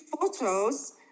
photos